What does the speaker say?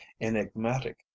enigmatic